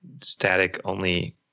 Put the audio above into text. static-only